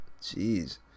Jeez